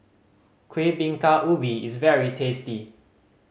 Kuih Bingka Ubi is very tasty